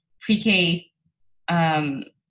pre-K